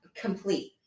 Complete